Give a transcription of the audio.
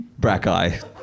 Brackeye